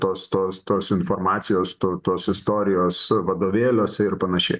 tos tos tos informacijos to tos istorijos vadovėliuose ir panašiai